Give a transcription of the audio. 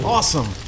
Awesome